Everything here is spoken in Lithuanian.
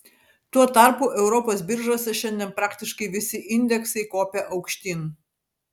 tuo tarpu europos biržose šiandien praktiškai visi indeksai kopia aukštyn